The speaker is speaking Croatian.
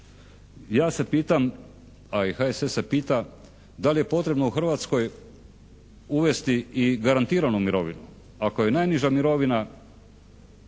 Ja se pitam pa i HSS se pita, da li je potrebno u Hrvatskoj uvesti i garantiranu mirovinu. Ako je najniža mirovina